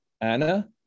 Anna